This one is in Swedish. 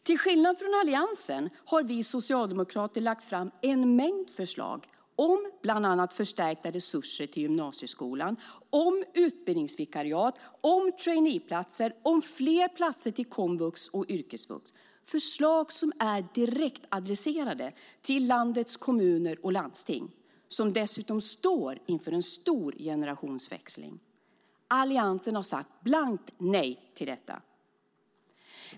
Till skillnad från Alliansen har vi socialdemokrater lagt fram en mängd förslag om bland annat förstärkta resurser till gymnasieskolan, om utbildningsvikariat, om traineeplatser, om fler platser till komvux och yrkesvux - förslag som är direktadresserade till landets kommuner och landsting som dessutom står inför en stor generationsväxling. Alliansen säger blankt nej till detta.